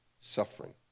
suffering